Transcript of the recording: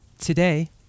Today